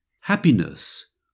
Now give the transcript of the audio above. happiness